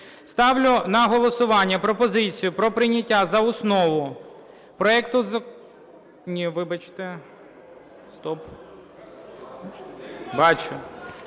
Ставлю на голосування пропозицію про прийняття за основу проекту…